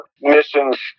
missions